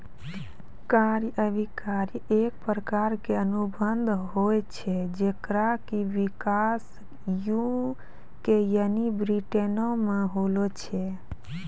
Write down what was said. क्रय अभिक्रय एक प्रकारो के अनुबंध होय छै जेकरो कि विकास यू.के यानि ब्रिटेनो मे होलो छै